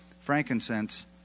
frankincense